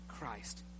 Christ